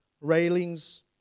railings